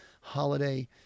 holiday